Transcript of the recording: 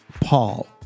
Paul